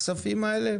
בכספים האלה?